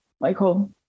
Michael